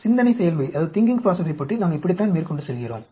சிந்தனை செயல்முறையைப் பற்றி நாம் இப்படித்தான் மேற்கொண்டு செல்கிறோம்